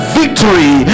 victory